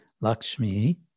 Lakshmi